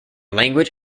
language